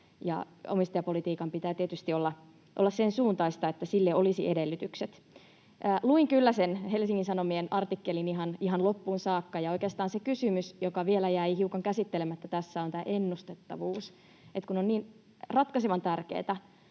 Omistajapolitiikan pitää tietysti olla sen suuntaista, että sille olisi edellytykset. Luin kyllä sen Helsingin Sanomien artikkelin ihan loppuun saakka, ja oikeastaan se kysymys, joka vielä jäi hiukan käsittelemättä tässä, on tämä ennustettavuus. On ratkaisevan tärkeätä